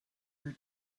your